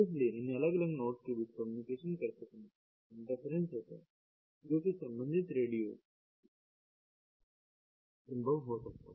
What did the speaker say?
इसलिए इन अलग अलग नोड्स के बीच कम्युनिकेशन करते समय इंटरफ्रेंस होता है जो कि संबंधित रेडियो संभव हो सकता है